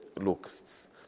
locusts